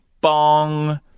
BONG